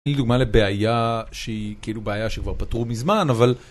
היא דוגמה לבעיה שהיא כאילו בעיה שכבר פתרו מזמן, אבל